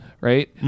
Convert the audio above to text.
right